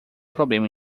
problema